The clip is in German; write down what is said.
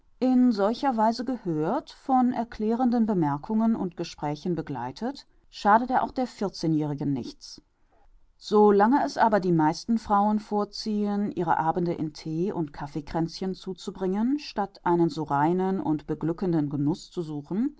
in solcher weise gehört von erklärenden bemerkungen und gesprächen begleitet schadet er auch der vierzehnjährigen nichts so lange es aber die meisten frauen vorziehen ihre abende in thee und kaffeekränzchen zuzubringen statt einen so reinen und beglückenden genuß zu suchen